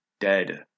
dead